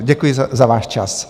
Děkuji za váš čas.